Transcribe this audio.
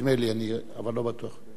נדמה לי, אבל אני לא בטוח.